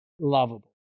lovable